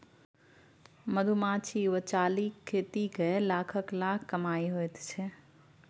मधुमाछी वा चालीक खेती कए लाखक लाख कमाई होइत छै